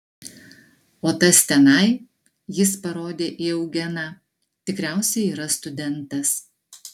o tas tenai jis parodė į eugeną tikriausiai yra studentas